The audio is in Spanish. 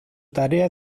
tarea